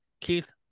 Keith